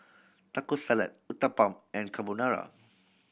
Taco Salad Uthapam and Carbonara